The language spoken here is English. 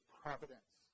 providence